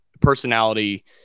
personality